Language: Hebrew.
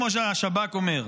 כמו שהשב"כ אומר.